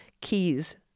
keys